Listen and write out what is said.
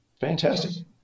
fantastic